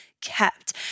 kept